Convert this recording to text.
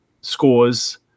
scores